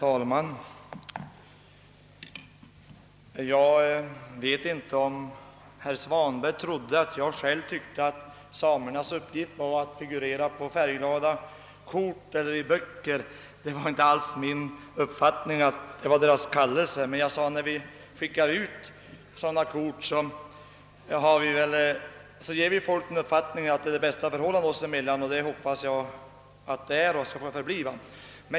Herr talman! Herr Svanberg trodde kanhända att jag tyckte att samernas uppgift är att figurera på färgglada kort eller i böcker. Det är inte alls min uppfattning att detta är deras kallelse, men jag sade att när vi skickar ut sådana kort ger vi folk den uppfattningen att det råder det bästa förhållande oss emellan. Så hoppas jag att det är och skall förbli.